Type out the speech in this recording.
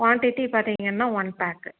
quantity பார்த்தீங்கன்னா one bag